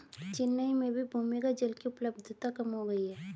चेन्नई में भी भूमिगत जल की उपलब्धता कम हो गई है